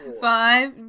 Five